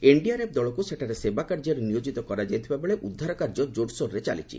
NDRF ଦଳକୁ ସେଠାରେ ସେବା କାର୍ଯ୍ୟରେ ନିୟୋଜିତ କରାଯାଇଥିବା ବେଳେ ଉଦ୍ଧାର କାର୍ଯ୍ୟ କୋରସୋରରେ ଚାଲିଛି